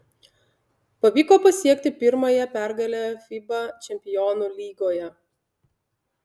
pavyko pasiekti pirmąją pergalę fiba čempionų lygoje